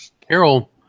Carol